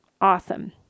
Awesome